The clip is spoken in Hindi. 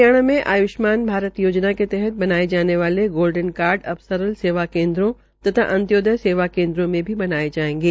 हरियाणा में आय्ष्मान भारत योजना के तहत बनाये जाने वाले गोल्डन रिकार्ड अब सरल सेवा केंद्रों तथा अंत्योदय सेवा केंद्रों में भी बनाये जायेंगे